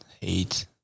hate